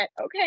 okay